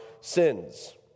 sins